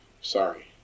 Sorry